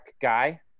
guy